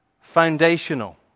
foundational